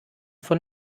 von